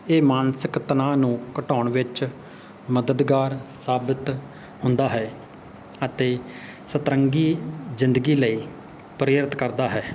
ਇਹ ਮਾਨਸਿਕ ਤਣਾਅ ਨੂੰ ਘਟਾਉਣ ਵਿੱਚ ਮਦਦਗਾਰ ਸਾਬਤ ਹੁੰਦਾ ਹੈ ਅਤੇ ਸਤਰੰਗੀ ਜ਼ਿੰਦਗੀ ਲਈ ਪ੍ਰੇਰਿਤ ਕਰਦਾ ਹੈ